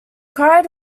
cried